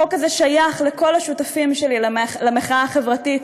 החוק הזה שייך לכל השותפים שלי למחאה החברתית,